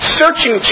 searching